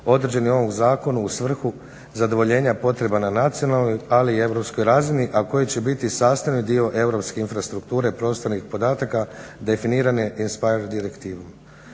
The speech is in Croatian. određenih u ovom zakonu u svrhu zadovoljenja potreba na nacionalnoj ali i europskoj razini a koji će biti sastavni dio europske infrastrukture, prostornih podataka, definirane INSPIRE direktivom.